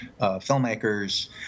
filmmakers